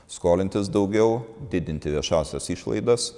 skolintis daugiau didinti viešąsias išlaidas